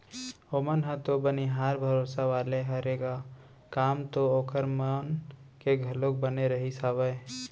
ओमन ह तो बनिहार भरोसा वाले हरे ग काम तो ओखर मन के घलोक बने रहिस हावय